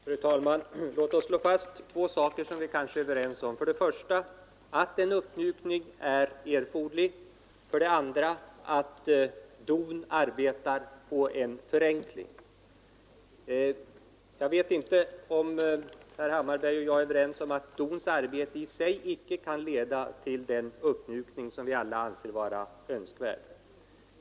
Fru talman! Låt mig slå fast två saker som vi kanske är överens om: för det första att en uppmjukning är erforderlig, för det andra att DON arbetar på en förenkling. Jag vet däremot inte om herr Hammarberg och jag är överens om att DON:s arbete i sig inte kan leda till den uppmjukning som vi alla anser vara önskvärd.